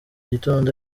gitondo